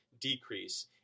decrease